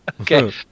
Okay